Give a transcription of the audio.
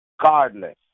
Regardless